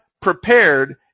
prepared